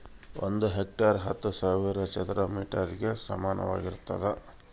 ಒಂದು ಹೆಕ್ಟೇರ್ ಹತ್ತು ಸಾವಿರ ಚದರ ಮೇಟರ್ ಗೆ ಸಮಾನವಾಗಿರ್ತದ